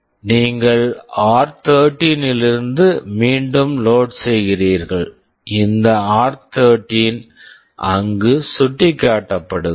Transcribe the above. நீங்கள் ஆர்13 r13 இலிருந்து மீண்டும் லோட் load செய்கிறீர்கள் இந்த ஆர்13 r13 அங்கு சுட்டிக்காட்டுகிறது